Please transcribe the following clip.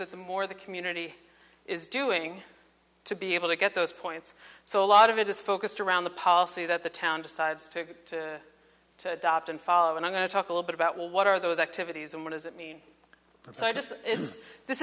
that the more the community is doing to be able to get those points so a lot of it is focused around the policy that the town decides to adopt and follow and i'm going to talk a little bit about well what are those activities and what does it mean so i just it is